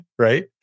right